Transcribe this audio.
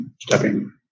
stepping